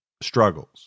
struggles